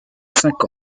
cinq